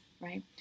right